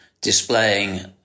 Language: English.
displaying